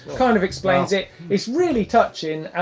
kind of explains it. it's really touching.